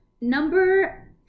Number